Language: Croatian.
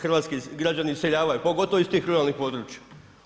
Hrvatski građani iseljavaju pogotovo iz tih ruralnih područja.